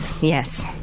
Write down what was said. yes